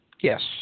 Yes